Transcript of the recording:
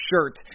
shirt